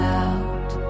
out